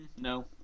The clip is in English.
No